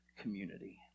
community